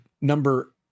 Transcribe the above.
number